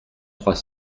trois